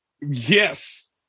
Yes